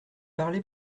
parlé